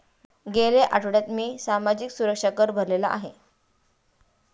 गेल्या आठवड्यात मी सामाजिक सुरक्षा कर भरलेला आहे